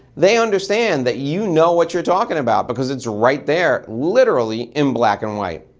they understand that you know what you're talking about because it's right there literally in black and white.